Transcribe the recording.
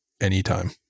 anytime